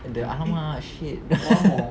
dorang !alamak! shit